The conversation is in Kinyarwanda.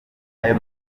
ayo